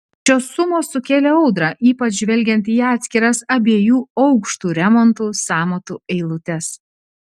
šios sumos sukėlė audrą ypač žvelgiant į atskiras abiejų aukštų remonto sąmatų eilutes